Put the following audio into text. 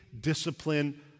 discipline